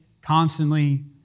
Constantly